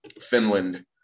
finland